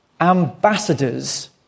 ambassadors